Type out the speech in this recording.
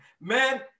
man